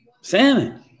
Salmon